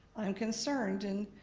i'm concerned. and